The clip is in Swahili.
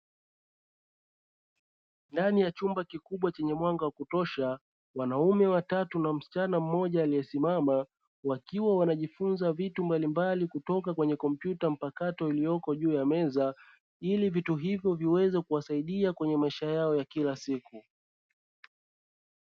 Ndani ya chumba kikubwa chenye mwanga wa kutosha, wanaume watatu na msichana mmoja aliyesimama, wakiwa wanajifunza vitu mbalimbali kutoka kwenye kompyuta mpakato iliyoko juu ya meza. Ili vitu hivyo viweze kuwasaidia kwenye maisha yao kila siku.